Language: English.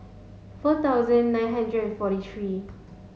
four thousand nine hundred and forty three